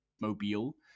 mobile